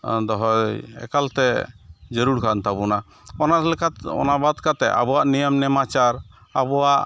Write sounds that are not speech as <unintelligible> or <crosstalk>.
ᱫᱚᱦᱚᱭ ᱮᱠᱟᱞᱛᱮ ᱡᱟᱹᱨᱩᱲᱠᱟᱱ ᱛᱟᱵᱚᱱᱟ ᱚᱱᱟ <unintelligible> ᱚᱱᱟ ᱵᱟᱫ ᱠᱟᱛᱮᱫ ᱟᱵᱚᱣᱟᱜ ᱱᱮᱭᱟᱢᱼᱱᱮᱢᱟᱪᱟᱨ ᱟᱵᱚᱣᱟᱜ